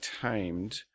tamed